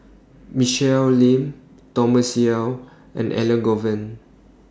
Michelle Lim Thomas Yeo and Elangovan